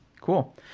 cool